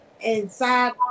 inside